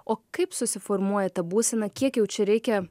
o kaip susiformuoja ta būsena kiek jau čia reikia